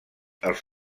els